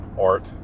art